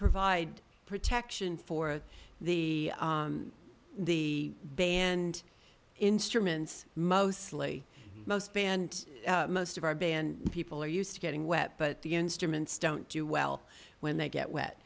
provide protection for the the band instruments mostly most band most of our band people are used to getting wet but the instruments don't do well when they get wet